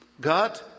God